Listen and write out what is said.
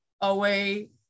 away